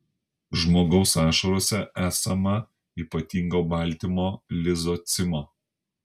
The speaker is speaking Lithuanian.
žmogaus ašarose esama ypatingo baltymo lizocimo